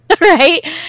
Right